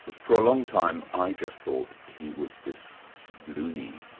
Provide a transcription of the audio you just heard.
for a long time i just thought he was this loony,